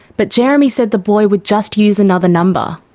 but jeremy said the boy would just use another number.